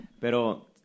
Pero